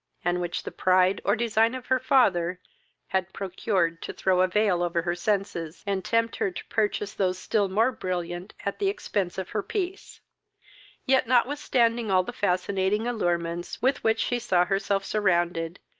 and which the pride, or design, of her father had procured to throw a veil over her senses, and tempt her to purchase those still more brilliant at the expence of her peace yet, notwithstanding all the fascinating allurements with which she saw herself surrounded,